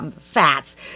Fats